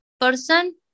person